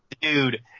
Dude